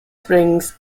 springs